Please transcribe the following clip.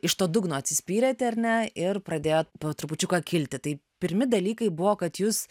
iš to dugno atsispyrėte ar ne ir pradėjot po trupučiuką kilti tai pirmi dalykai buvo kad jūs